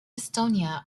estonia